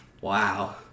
Wow